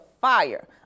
fire